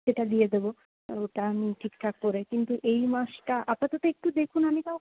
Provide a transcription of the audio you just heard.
সেটা দিয়ে দেবো ওটা আমি ঠিকঠাক করে কিন্তু এই মাসটা আপাতত একটু দেখুন আমি তাও